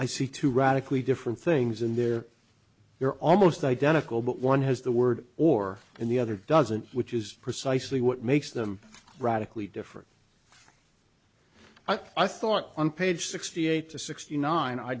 i see two radically different things in there they're almost identical but one has the word or and the other doesn't which is precisely what makes them radically different i thought on page sixty eight to sixty nine i